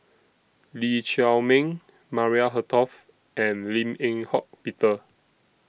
Lee Chiaw Meng Maria Hertogh and Lim Eng Hock Peter